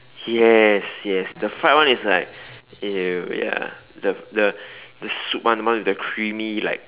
yes yes the fried one is like !eww! ya the the the soup one the one with the creamy like